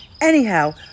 Anyhow